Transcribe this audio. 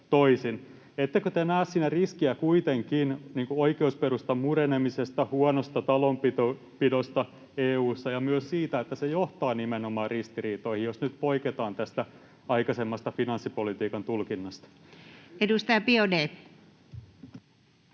— kuitenkaan riskiä oikeusperustan murenemisesta, huonosta taloudenpidosta EU:ssa ja myös siitä, että se johtaa nimenomaan ristiriitoihin, jos nyt poiketaan aikaisemmasta finanssipolitiikan tulkinnasta? [Speech 107]